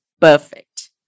perfect